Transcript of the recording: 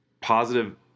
positive